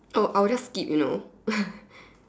oh I will just skip you know